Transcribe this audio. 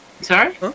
Sorry